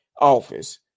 office